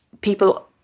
people